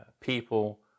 people